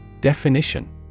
Definition